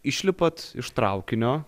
išlipat iš traukinio